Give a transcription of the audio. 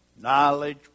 Knowledge